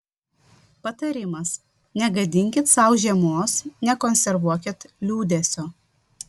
patarimas negadinkit sau žiemos nekonservuokit liūdesio